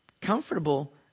comfortable